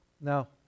Now